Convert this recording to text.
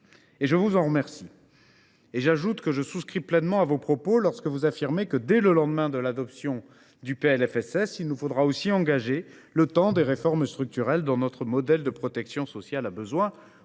Je vous en remercie. J’ajoute que je souscris pleinement à vos propos lorsque vous affirmez que, dès le lendemain de l’adoption du PLFSS, il nous faudra engager le temps des réformes structurelles dont notre modèle de protection sociale a besoin.